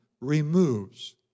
removes